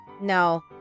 No